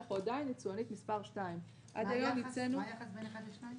אנחנו עדיין יצואנית מספר 2. מה היחס בין 1 ל-2?